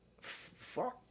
fuck